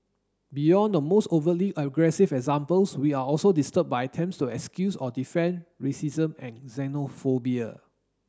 beyond the most overtly aggressive examples we are also disturbed by attempts to excuse or defend racism and xenophobia